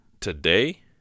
today